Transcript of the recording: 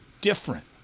different